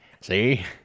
See